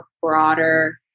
broader